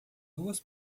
duas